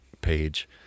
page